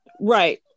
Right